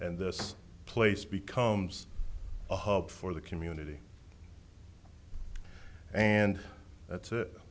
and this place becomes a hub for the community and that's